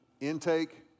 Intake